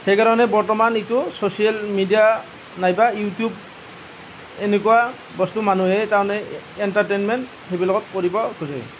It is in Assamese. সেইকাৰণে বৰ্তমান এইটো ছ'চিয়েল মিডিয়া নাইবা ইউটিউব এনেকুৱা বস্তু মানুহে তাৰমানে এণ্টাৰটেইনমেণ্ট সেইবিলাকত কৰিব খোজে